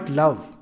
love